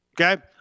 Okay